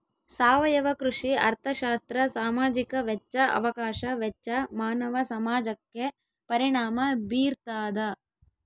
ಸಾವಯವ ಕೃಷಿ ಅರ್ಥಶಾಸ್ತ್ರ ಸಾಮಾಜಿಕ ವೆಚ್ಚ ಅವಕಾಶ ವೆಚ್ಚ ಮಾನವ ಸಮಾಜಕ್ಕೆ ಪರಿಣಾಮ ಬೀರ್ತಾದ